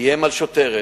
איים על שוטרת,